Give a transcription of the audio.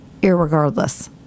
irregardless